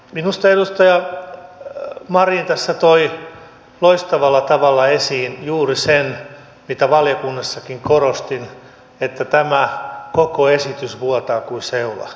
minusta edustaja marin tässä toi loistavalla tavalla esiin juuri sen mitä valiokunnassakin korostin että tämä koko esitys vuotaa kuin seula